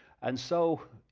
and so,